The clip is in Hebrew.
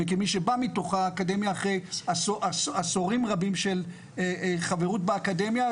כמי שבא מתוך האקדמיה אחרי עשורים רבים של חברות באקדמיה,